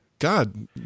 God